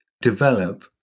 develop